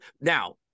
Now